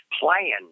playing